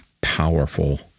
powerful